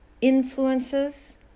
influences